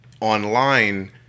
online